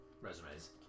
resumes